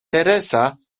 teresa